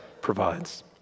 provides